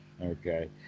Okay